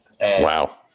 Wow